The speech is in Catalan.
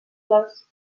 les